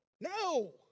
No